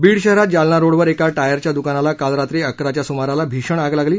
बीड शहरात जालना रोडवर एका टायरच्या दुकानाला काल रात्री अकराच्या सुमाराला भीषण आग लागली